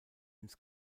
ins